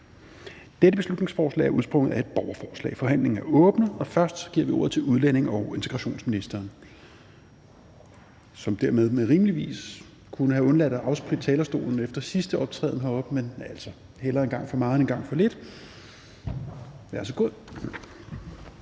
Dette beslutningsforslag er udsprunget af et borgerforslag. Forhandlingen er åbnet, og først giver vi ordet til udlændinge- og integrationsministeren, som dermed rimeligvis kunne have undladt at afspritte talerstolen efter sidste optræden heroppe, men hellere en gang for meget end en gang for lidt. Værsgo.